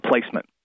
placement